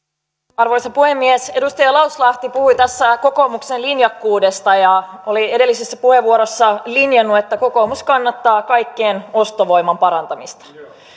arvoisa puhemies edustaja lauslahti puhui tässä kokoomuksen linjakkuudesta ja oli edellisessä puheenvuorossaan linjannut että kokoomus kannattaa kaikkien ostovoiman parantamista